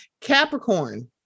capricorn